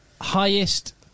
highest